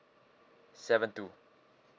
seven two